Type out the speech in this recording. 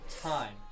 time